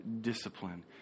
discipline